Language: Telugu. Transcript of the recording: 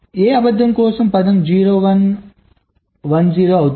కాబట్టి A అబద్ధం కోసం పదం 0 1 1 0 అవుతుంది